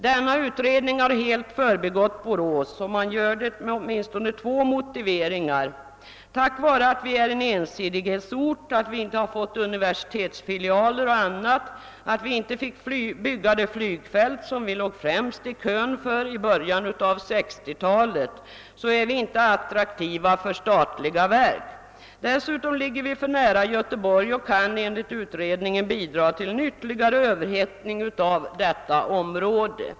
Den ifrågavarande utredningen har helt förbigått Borås och detta med åtminstone två motiveringar. På grund av att vi är en ensidighetsort, att vi inte har fått universitetsfilialer o. d. och att vi inte fick bygga det flygfält vi låg främst i kön för i början av 1960-talet är vi inte attraktiva för statliga verk. Dessutom ligger vi för nära Göteborg och kan enligt utredningen bidra till en ytterligare överhettning av detta område.